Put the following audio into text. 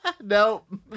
Nope